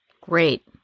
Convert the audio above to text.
Great